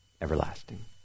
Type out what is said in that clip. everlasting